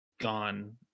gone